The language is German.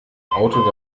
auto